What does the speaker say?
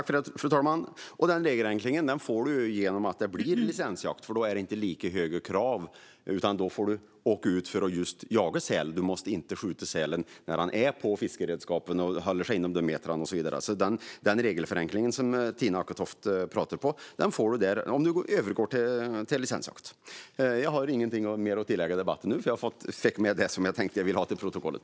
Fru talman! En sådan regelförenkling får man genom att det blir licensjakt, eftersom det då inte finns lika höga krav. Då får man åka ut för att just jaga säl. Man måste inte bara skjuta sälen när den är på fiskeredskapen och håller sig inom ett antal meter. Den regelförenkling som Tina Acketoft talar om får man alltså om man övergår till licensjakt. Jag har inget ytterligare att tillföra i debatten eftersom jag har fått det jag ville fört till protokollet.